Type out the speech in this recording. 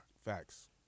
Facts